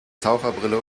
taucherbrille